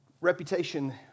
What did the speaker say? reputation